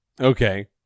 Okay